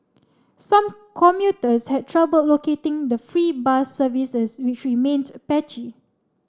some commuters had trouble locating the free bus services which remained patchy